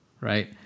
right